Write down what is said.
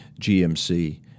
GMC